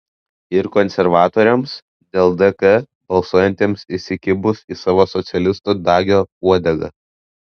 ir konservatoriams dėl dk balsuojantiems įsikibus į savo socialisto dagio uodegą